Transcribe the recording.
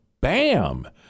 bam